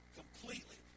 completely